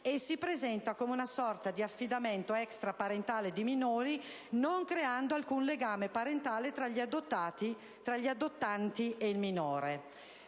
e si presenta come una sorta di affidamento extra-parentale di minori, non creando alcun legame parentale tra gli adottanti ed il minore.